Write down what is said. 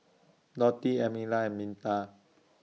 Dotty Emelia and Minta